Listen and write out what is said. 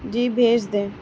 جی بھیج دیں